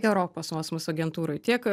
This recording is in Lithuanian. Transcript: europos kosmoso agentūroj tiek